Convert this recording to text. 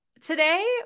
today